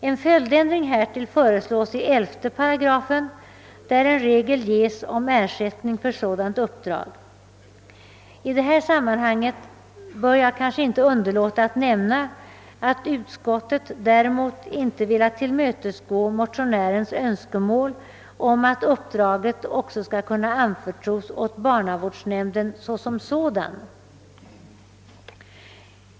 En följdändring härtill föreslås i 118, där en regel inskrives om ersättning för sådant uppdrag. I detta sammanhang bör jag väl inte underlåta att nämna att utskottet däremot inte har velat tillmötesgå motionärens önskemål om att uppdraget också skall kunna anförtros åt barnavårdsnämnden som sådan.